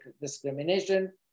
discrimination